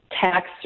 tax